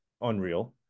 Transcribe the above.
unreal